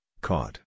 caught